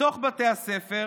בתוך בתי הספר,